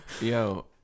Yo